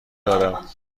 دارم